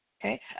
Okay